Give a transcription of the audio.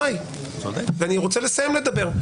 ואני רוצה לסיים לדבר.